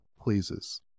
pleases